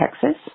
texas